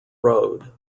road